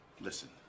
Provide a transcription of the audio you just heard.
Listen